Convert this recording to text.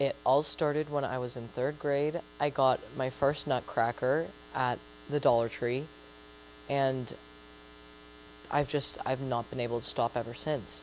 it all started when i was in third grade i caught my first not cracker the dollar tree and i've just i've not been able to stop ever since